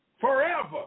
forever